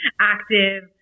active